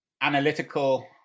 analytical